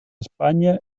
espanya